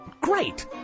great